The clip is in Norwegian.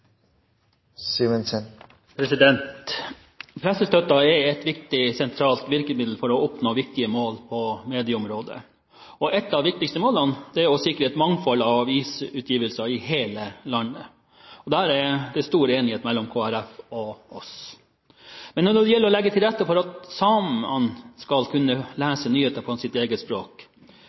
replikkordskifte. Pressestøtten er et viktig sentralt virkemiddel for å oppnå viktige mål på medieområdet. Et av de viktigste målene er å sikre et mangfold av avisutgivelser i hele landet. Der er det stor enighet mellom Kristelig Folkeparti og oss. Men når det gjelder å legge til rette for at samene skal kunne lese nyheter på sitt eget språk,